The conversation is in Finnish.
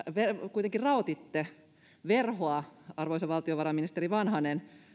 kuitenkin raotitte verhoa arvoisa valtiovarainministeri vanhanen